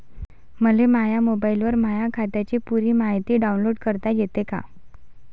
मले माह्या मोबाईलवर माह्या खात्याची पुरी मायती डाऊनलोड करता येते का?